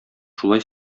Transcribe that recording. шулай